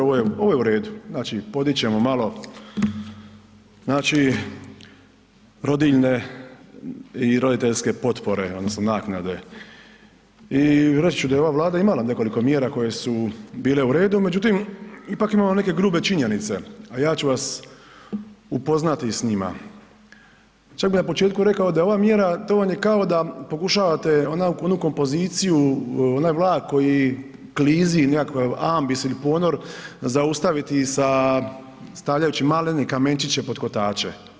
Ovo je uredu, znači podić ćemo malo rodiljne i roditeljske potpore odnosno naknade i reći ću da je ova Vlada imala nekoliko mjera koje su bile uredu, međutim ipak imamo neke grube činjenice, a ja ću vas upoznati s njima, čak bih na početku rekao da je ova mjera to vam je kao da pokušavate onu kompoziciju onaj vlak koji klizi u nekakav ambis ili ponor zaustaviti sa stavljajući malene kamenčiće pod kotače.